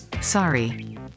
Sorry